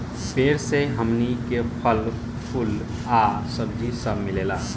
पेड़ से हमनी के फल, फूल आ सब्जी सब मिलेला